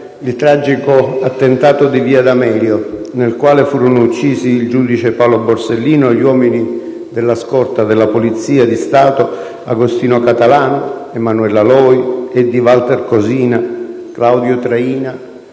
il tragico attentato di via d'Amelio, nel quale furono uccisi il giudice Paolo Borsellino e gli uomini della scorta della Polizia di Stato Agostino Catalano, Emanuela Loi, Eddie Walter Cosina, Claudio Traina